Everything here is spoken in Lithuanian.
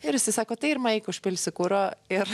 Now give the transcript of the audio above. ir jisai sako tai ir nueik užpilsi kuro ir